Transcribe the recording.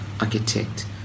architect